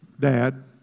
dad